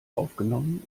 aufgenommen